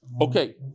Okay